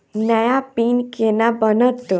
नया पिन केना बनत?